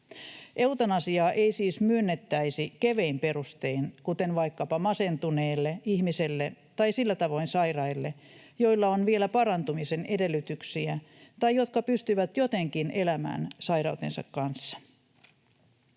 Eutanasiaa ei siis myönnettäisi kevein perustein, kuten vaikkapa masentuneelle ihmiselle tai sillä tavoin sairaille, joilla on vielä parantumisen edellytyksiä tai jotka pystyvät jotenkin elämään sairautensa kanssa.